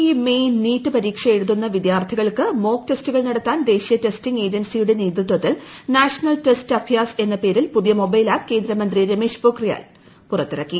E main NEET പരീക്ഷ എഴുതുന്ന വിദ്യാർത്ഥികൾക്ക് മോക്ക് ടെസ്റ്റുകൾ നടത്താൻ ദേശീയ ടെസ്റ്റിംഗ് ഏജൻസിയുടെ നേതൃത്വത്തിൽ നാഷണൽ ടെസ്റ്റ് അഭ്യാസ് എന്ന പേരിൽ പുതിയ മൊബൈൽ ആപ്പ് കേന്ദ്രമന്ത്രി രമേഷ് പൊക്രിയാൽ പുറത്തിറക്കി